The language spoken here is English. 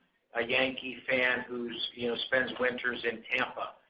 a yankee fan who so you know spends winters in tampa.